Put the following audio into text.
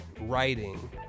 Writing